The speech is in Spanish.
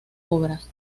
obras